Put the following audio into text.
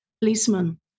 policeman